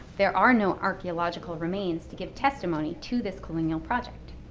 there are no archeological remains to give testimony to this colonial project.